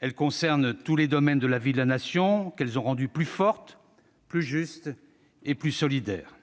Elles concernent tous les domaines de la vie de la Nation, qu'elles ont rendue plus forte, plus juste et plus solidaire.